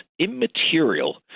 immaterial